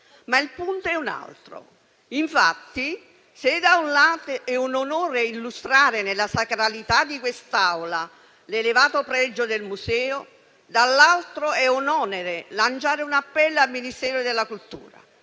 punto, però, è un altro. Infatti, se da un lato è un onore illustrare nella sacralità di quest'Aula l'elevato pregio del museo, dall'altro è un onere lanciare un appello al Ministero della cultura.